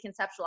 conceptualize